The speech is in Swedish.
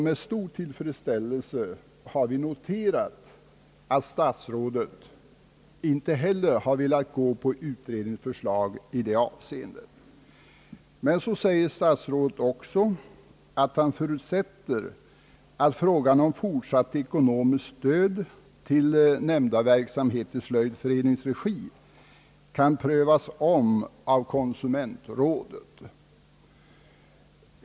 Med stor tillfredsställelse har vi därför noterat att statsrådet inte heller har velat gå på utredningens förslag i detta avseende. Statsrådet säger också, att han förutsätter att frågan om fortsatt ekonomiskt stöd till nämnda verksamhet i Svenska slöjdföreningens regi kan prövas om av konsumentrådet.